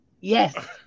Yes